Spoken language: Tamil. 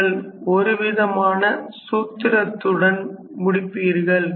நீங்கள் ஒரேவிதமான சூத்திரத்துடன் முடிப்பீர்கள்